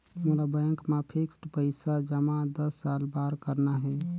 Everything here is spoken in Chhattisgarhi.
मोला बैंक मा फिक्स्ड पइसा जमा दस साल बार करना हे?